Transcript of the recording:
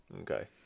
Okay